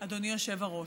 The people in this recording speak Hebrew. אדוני היושב-ראש.